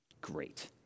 Great